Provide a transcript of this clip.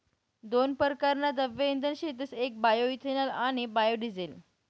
दोन परकारना द्रव्य इंधन शेतस येक बायोइथेनॉल आणि बायोडिझेल